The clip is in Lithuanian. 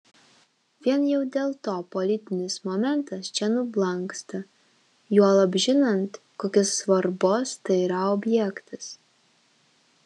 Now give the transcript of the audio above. vien jau dėl to politinis momentas čia nublanksta juolab žinant kokios svarbos tai yra objektas